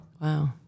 Wow